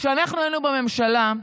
כשאנחנו היינו בממשלה,